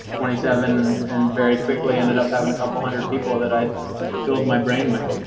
twenty seven, and very quickly ended up having a couple hundred people that i filled my brain with